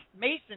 Mason